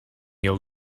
your